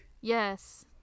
Yes